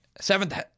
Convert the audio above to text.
seventh